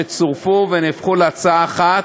שצורפו והפכו להצעה אחת.